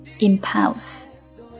impulse